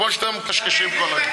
כמו שאתם מקשקשים כל היום.